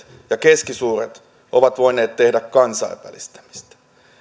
ja keskisuuret suomalaiset yritykset ovat voineet tehdä kansainvälistämistä